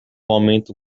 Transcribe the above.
momento